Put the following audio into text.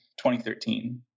2013